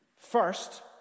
First